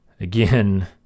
Again